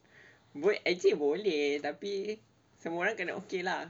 boleh actually boleh tapi semua orang kena okay lah